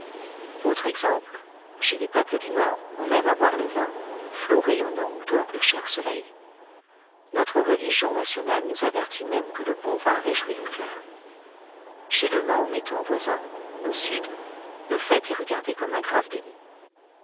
autre exemple chez les peuples du nord on aime à boire le vin flot rayonnant où dort le cher soleil notre religion nationale nous avertit même que le bon vin réjouit le cœur chez le mahométan voisin au sud le fait est regardé comme un grave délit